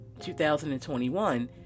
2021